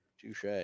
Touche